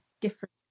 different